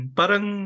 parang